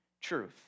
truth